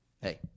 Hey